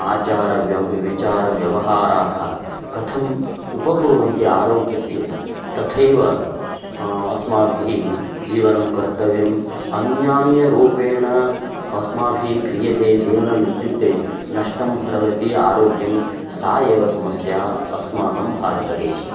आचारः व्यवस्था विचारः व्यवहाराः कथम् उपकुर्वन्ति आरोग्यस्य तथैव अस्माभिः जीवनं कर्तव्यम् अन्यान्यरूपेण अस्माभिः क्रियते जीवनम् इत्युक्ते नष्टं भर्वति आरोग्यं सा एव समस्या अस्माकं भारतदेशे